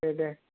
दे